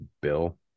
Bill